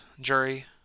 jury